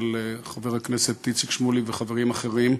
חבר הכנסת איציק שמולי וחברים אחרים.